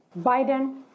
Biden